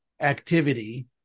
Activity